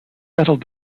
settled